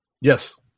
Yes